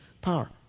power